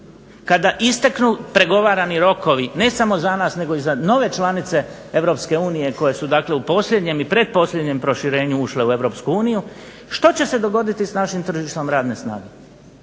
kada isteknu pregovarani rokovi, ne samo za nas nego i za nove članice Europske unije koje su dakle u posljednjem i pretposljednjem proširenju ušle u Europsku uniju, što će se dogoditi s našim tržištem radne snage?